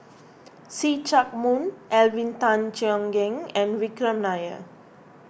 See Chak Mun Alvin Tan Cheong Kheng and Vikram Nair